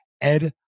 Ed